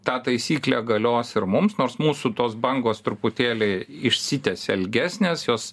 ta taisyklė galios ir mums nors mūsų tos bangos truputėlį išsitiesė ilgesnės jos